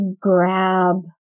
grab